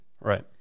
Right